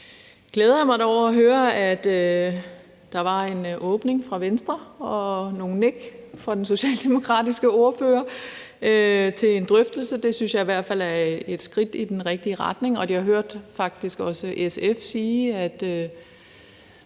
Så glæder jeg mig da over at høre, at der var en åbning fra Venstre og nogle nik fra den socialdemokratiske ordfører til en drøftelse. Det synes jeg i hvert fald er et skridt i den rigtige retning, og jeg hørte faktisk også SF sige, at